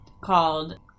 called